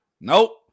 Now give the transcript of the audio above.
Nope